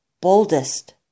boldest